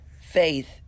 faith